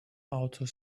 outer